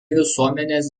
visuomenės